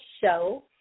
show